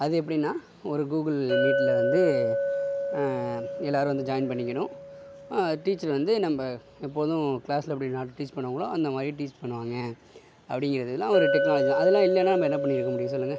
அது எப்படின்னா ஒரு கூகுள் மீட்ல வந்து எல்லாரும் வந்து ஜாயின் பண்ணிக்கணும் டீச்சர் வந்து நம்ம எப்போதும் க்ளாஸ்ல எப்படி டீச் பண்ணுவாங்களோ அந்தமாதிரி டீச் டீச் பண்ணுவாங்க அப்படிங்கிறதுலாம் ஒரு டெக்னாலஜி தான் அதெலாம் இல்லைனா நம்ம என்ன பண்ணியிருக்க முடியும் சொல்லுங்க